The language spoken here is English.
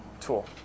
tool